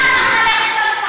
חברת הכנסת זועבי.